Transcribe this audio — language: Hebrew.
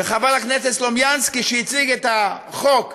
וחבר הכנסת סלומינסקי, שהציג את החוק,